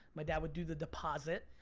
my dad would do the deposit,